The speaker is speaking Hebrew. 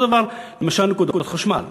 אותו דבר לגבי נקודת חשמל.